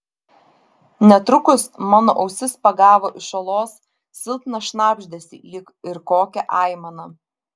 netrukus mano ausis pagavo iš olos silpną šnabždesį lyg ir kokią aimaną